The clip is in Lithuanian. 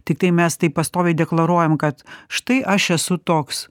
tiktai mes taip pastoviai deklaruojam kad štai aš esu toks